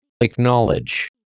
Acknowledge